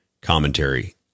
commentary